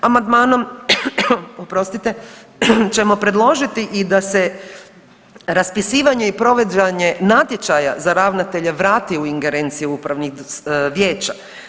Amandmanom oprostite ćemo predložiti i da se raspisivanje i provođenje natječaja za ravnatelje vrati u ingerenciju upravnih vijeća.